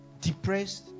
depressed